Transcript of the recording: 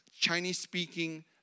Chinese-speaking